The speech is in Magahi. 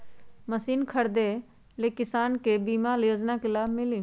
मशीन खरीदे ले किसान के बीमा योजना के लाभ मिली?